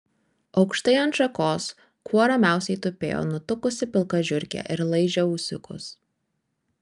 aukštai ant šakos kuo ramiausiai tupėjo nutukusi pilka žiurkė ir laižė ūsiukus